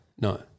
No